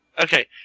Okay